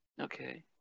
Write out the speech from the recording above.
Okay